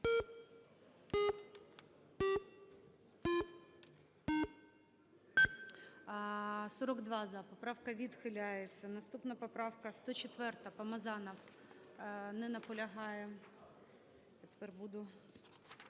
За-42 Поправка відхиляється. Наступна поправка - 104,Помазанов. Не наполягає.